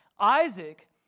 Isaac